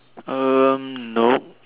uh nope